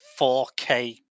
4K